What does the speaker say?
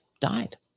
died